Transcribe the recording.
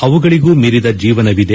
ಅವುಗಳಿಗೂ ಮೀರಿದ ಜೀವನವಿದೆ